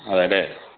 അതെ അല്ലെ